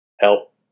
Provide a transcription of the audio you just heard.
help